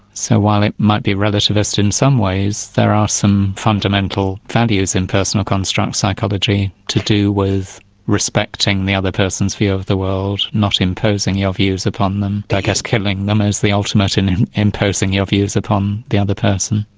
so while it might be relativist in some ways, there are some fundamental values in personal construct psychology to do with respecting the other person's view of the world, not imposing your views upon them. i guess killing them is the ultimate in imposing your views upon the other person.